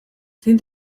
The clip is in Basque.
zein